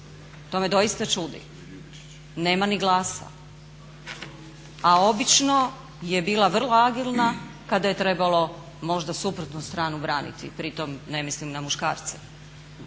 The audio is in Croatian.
to me doista čudi, nema ni glasa. A obično je bila vrlo agilna kada je trebalo možda suprotnu stranu braniti. Pritom ne mislim na muškarce.